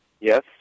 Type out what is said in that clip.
Yes